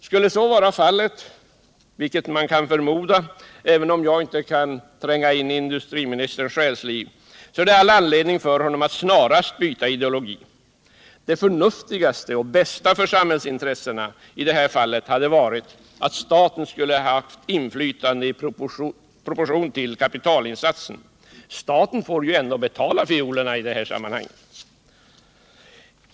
Skulle så vara fallet — vilket väl kan förmodas, även om jag inte kan tränga in i industriministerns själsliv — så är det all anledning för industriministern att snarast byta ideologi. Det förnuftigaste och bästa för samhällsintressena i detta fall hade varit att staten skulle ha haft inflytande i proportion till kapitalinsatsen. Staten får ju ändå betala fiolerna i det här sammanhanget.